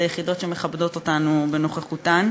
היחידות שמכבדות אותנו בנוכחותן.